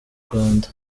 rwanda